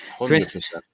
Chris